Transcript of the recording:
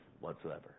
whatsoever